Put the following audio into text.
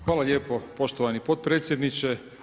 Hvala lijepo poštovani potpredsjedniče.